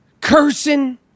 cursing